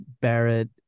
barrett